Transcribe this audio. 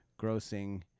grossing